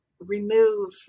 remove